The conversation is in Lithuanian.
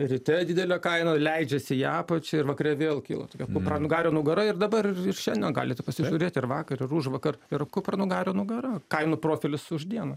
ryte didelė kaina leidžiasi į apačią ir vakare vėl kyla tokia kupranugario nugara ir dabar ir šiandien galite pasižiūrėti ir vakar užvakar yra kupranugario nugara kainų profilis už dieną